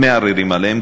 מערערים עליהן,